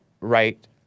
right